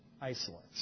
isolates